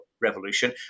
revolution